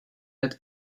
let